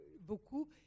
beaucoup